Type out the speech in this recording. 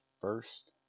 first